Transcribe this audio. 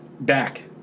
back